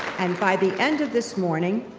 and by the end of this morning,